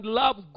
love